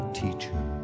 teacher